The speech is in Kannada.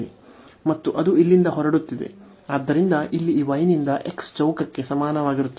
ಮತ್ತು ಅದು ಇಲ್ಲಿಂದ ಹೊರಡುತ್ತಿದೆ ಆದ್ದರಿಂದ ಇಲ್ಲಿ ಈ y ನಿಂದ x ಚೌಕಕ್ಕೆ ಸಮಾನವಾಗಿರುತ್ತದೆ